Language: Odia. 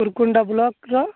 ଗୁରୁକୁଣ୍ଡା ବ୍ଳକ୍ ର